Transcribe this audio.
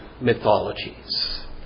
mythologies